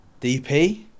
DP